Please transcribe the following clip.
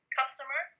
customer